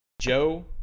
Joe